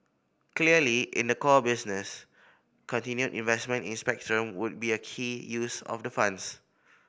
clearly in the core business continued investment in spectrum would be a key use of the funds